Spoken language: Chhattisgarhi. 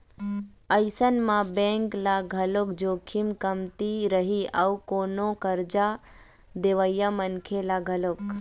अइसन म बेंक ल घलोक जोखिम कमती रही अउ कोनो करजा देवइया मनखे ल घलोक